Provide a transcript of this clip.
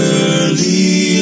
early